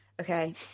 Okay